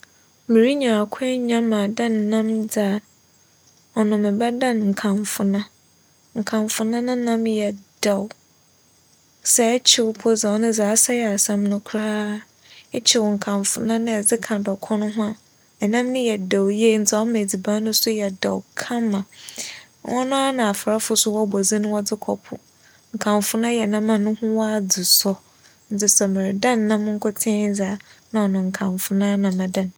Merenya akwanya adan nam dze a, ͻno mebɛdan nkamfona. Nkamfona ne nam yɛ dɛw, sɛ ekyew mpo dze a, ͻno asɛɛ asɛm no koraa. Ekyew nkamfona na edze ka dͻkon ho a, enam no yɛ dɛw yie ntsi ͻma edziban no so yɛ dɛw kama. ͻnoara na afarfo so wͻbͻ dzin dze kͻ po. Nkamfona yɛ nam a no ho wͻ adze sͻ ntsi sɛ meredan nam nkotsee dze a, nna ͻno nkamfona ara na mebɛdan.